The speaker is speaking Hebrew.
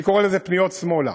שאני קורא לזה פניות שמאלה,